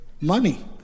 money